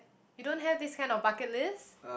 you don't have this kind of bucket list